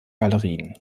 galerien